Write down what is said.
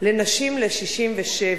לנשים ל-67.